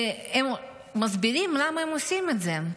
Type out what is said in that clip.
והם מסבירים למה הם עושים את זה.